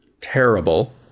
terrible